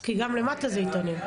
כי גם למטה זה איתנים.